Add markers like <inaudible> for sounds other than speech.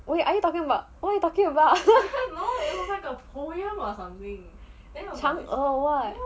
wait are you talking about what you talking about <laughs> 长儿 or what